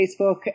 Facebook